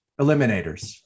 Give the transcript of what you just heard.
Eliminators